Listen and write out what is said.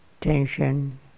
tension